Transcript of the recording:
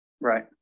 Right